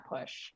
push